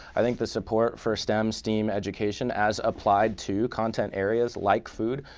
i think the support for stem steam education, as applied to content areas like food,